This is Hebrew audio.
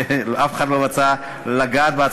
כשאף אחד לא רצה לגעת בה,